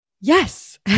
Yes